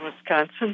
Wisconsin